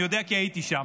אני יודע כי הייתי שם,